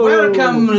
welcome